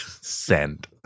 Send